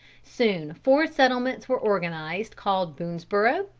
soon four settlements were organised called boonesborough,